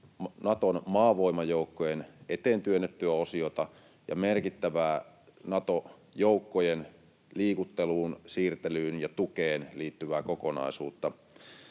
Naton maavoimajoukkojen eteentyönnettyä osiota ja merkittävää Nato-joukkojen liikutteluun, siirtelyyn ja tukeen liittyvää kokonaisuutta,